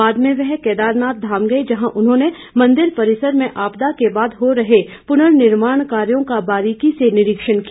बाद में वह केदारनाथ धाम गये जहां उन्होंने मंदिर परिसर में आपदा के बाद हो रहे पुनर्निर्माण कार्यों का उन्होंने बारीकी से निरीक्षण किया